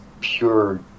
pure